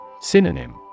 Synonym